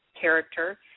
character